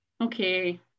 okay